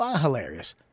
hilarious